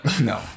No